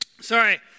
Sorry